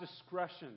discretion